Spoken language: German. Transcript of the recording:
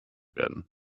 werden